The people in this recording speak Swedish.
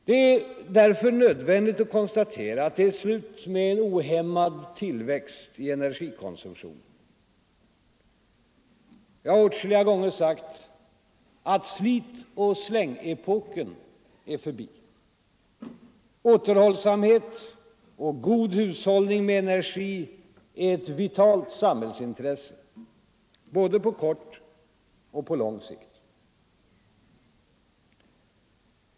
Det är därför nödvändigt att konstatera att det är slut med en ohämmad tillväxt i energikonsumtionen. Jag har åtskilliga gånger sagt att slit och släng-epoken är förbi. Återhållsamhet och god hushållning med energi är ett vitalt samhällsintresse, både på kort och på lång sikt.